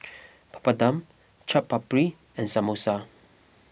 Papadum Chaat Papri and Samosa